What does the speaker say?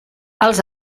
els